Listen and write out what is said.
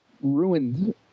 ruined